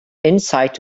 insight